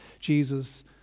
Jesus